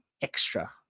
extra –